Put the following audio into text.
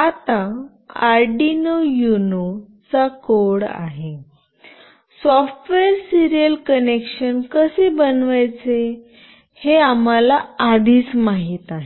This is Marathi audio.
आता आर्डिनो युनो चा कोड आहे सॉफ्टवेयर सिरीयल कनेक्शन कसे बनवायचे हे आम्हाला आधीच माहित आहे